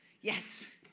Yes